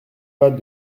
pas